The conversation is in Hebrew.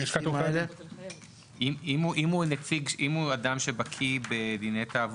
אם הוא אדם שבקיא בדיני תעבורה,